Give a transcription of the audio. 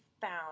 found